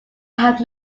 have